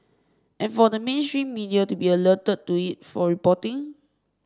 and for the mainstream media to be alerted to it for reporting